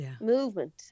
movement